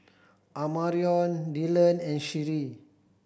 Amarion Dillon and Sheree